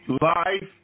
life